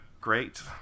great